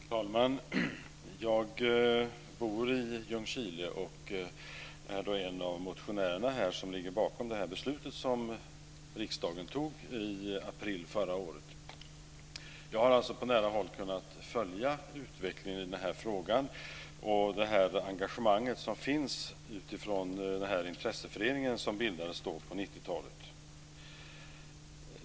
Fru talman! Jag bor i Ljungskile och jag är en av motionärerna som ligger bakom det beslut som riksdagen fattade i april förra året. Jag har alltså på nära håll kunnat följa utvecklingen i denna fråga och det engagemang som finns utifrån den intresseförening som bildades på 1990-talet.